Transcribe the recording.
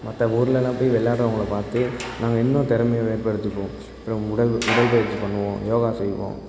மற்ற ஊர்லெலாம் போய் விளாட்றவங்கள பார்த்து நாங்கள் இன்னும் திறமைய வெளிப்படுத்திப்போம் அப்புறம் உடல் உடற்பயிற்சி பண்ணுவோம் யோகா செய்வோம்